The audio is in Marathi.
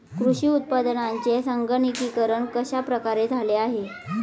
कृषी उत्पादनांचे संगणकीकरण कश्या प्रकारे झाले आहे?